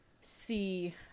see